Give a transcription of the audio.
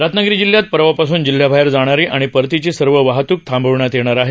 रत्नागिरी जिल्ह्यात परवापासून जिल्ह्याबाहेर जाणारी आणि परतीची सर्व वाहतूक थांबवण्यात येणार आहे